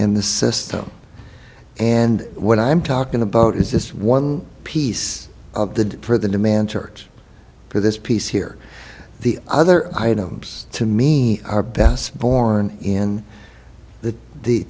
in the system and what i'm talking about is this one piece of the for the demand turret for this piece here the other items to me are best born in the the